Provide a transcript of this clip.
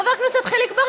חבר הכנסת חיליק בר,